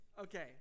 Okay